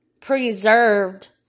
preserved